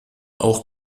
auch